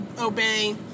obey